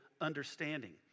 understanding